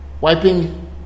Wiping